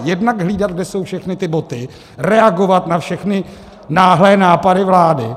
Jednak hlídat, kde jsou všechny ty boty, reagovat na všechny náhlé nápady vlády.